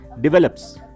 develops